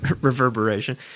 reverberation